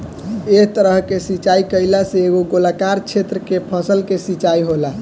एह तरह के सिचाई कईला से एगो गोलाकार क्षेत्र के फसल के सिंचाई होला